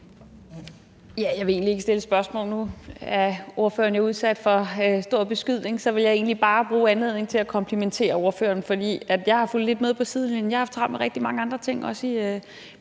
egentlig ikke stille et spørgsmål. Nu er ordføreren jo udsat for stor beskydning, så jeg vil egentlig bare bruge anledningen til at komplimentere ordføreren. Jeg har fulgt lidt med på sidelinjen. Jeg har haft travlt med rigtig mange andre ting,